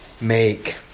make